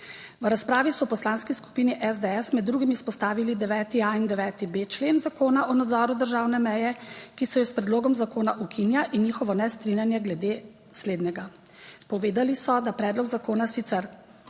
V razpravi so v Poslanski skupini SDS med drugim izpostavili 9.a in 9.b člen Zakona o nadzoru državne meje, ki se s predlogom zakona ukinja in njihovo nestrinjanje glede slednjega. Povedali so, da predlog zakona sicer